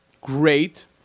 great